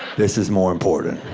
this is more important.